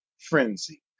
frenzy